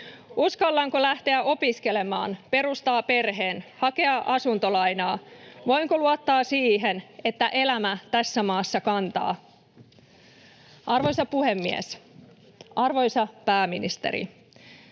Uskallanko lähteä opiskelemaan, perustaa perheen ja hakea asuntolainaa? Voinko luottaa siihen, että elämä tässä maassa kantaa? Arvoisa puhemies! Arvoisa pääministeri!